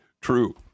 true